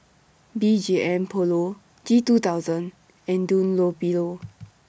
B G M Polo G two thousand and Dunlopillo